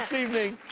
evening?